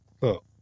Look